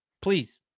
please